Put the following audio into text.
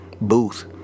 booth